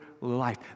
life